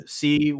see